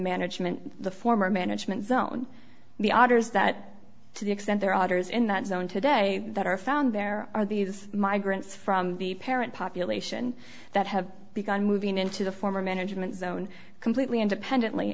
management the former management zone the authors that to the extent there are others in that zone today that are found there are these migrants from the parent population that have begun moving into the former management zone completely independently